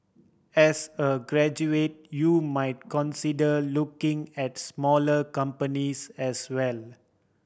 as a graduate you might consider looking at smaller companies as well